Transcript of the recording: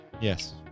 Yes